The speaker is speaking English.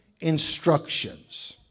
instructions